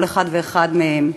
כל אחד ואחד מהם,